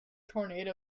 tornado